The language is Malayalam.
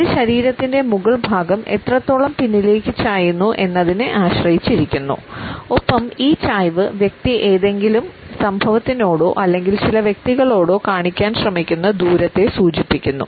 ഇത് ശരീരത്തിന്റെ മുകൾ ഭാഗം എത്രത്തോളം പിന്നിലേക്ക് ചായുന്നു എന്നതിനെ ആശ്രയിച്ചിരിക്കുന്നു ഒപ്പം ഈ ചായ്വ് വ്യക്തി ഏതെങ്കിലും സംഭവത്തിനോടോ അല്ലെങ്കിൽ ചില വ്യക്തികളോടോ കാണിക്കാൻ ശ്രമിക്കുന്ന ദൂരത്തെ സൂചിപ്പിക്കുന്നു